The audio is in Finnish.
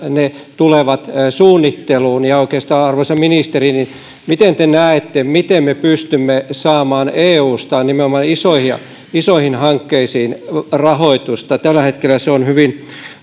ne tulevat suunnitteluun arvoisa ministeri miten te oikeastaan näette miten me pystymme saamaan eusta nimenomaan isoihin hankkeisiin rahoitusta tällä hetkellä se on hyvin